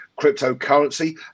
cryptocurrency